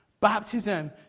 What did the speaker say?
Baptism